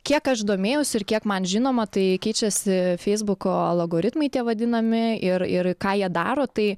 kiek aš domėjausi ir kiek man žinoma tai keičiasi feisbuko alagoritmai tie vadinami ir ir ką jie daro tai